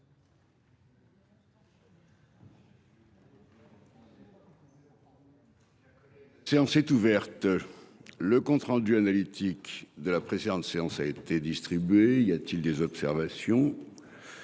La séance est ouverte. Le compte rendu analytique de la précédente séance a été distribué. Il n'y a pas d'observation ?